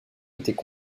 étaient